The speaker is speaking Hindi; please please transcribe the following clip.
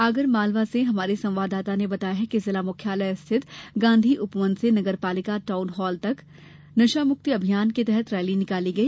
आगरमालवा से हमारे संवाददाता ने बताया है कि जिला मुख्यालय स्थित गांधी उपवन से नगरपालिका टॉउन हॉल तक नशामुक्ति अभियान के तहत रैली निकाली गई